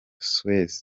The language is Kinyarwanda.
suez